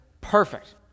perfect